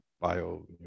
bio